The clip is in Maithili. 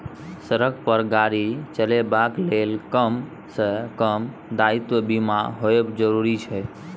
सड़क पर गाड़ी चलेबाक लेल कम सँ कम दायित्व बीमा होएब जरुरी छै